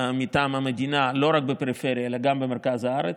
מטעם המדינה, לא רק בפריפריה אלא גם במרכז הארץ.